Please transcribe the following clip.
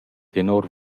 tenor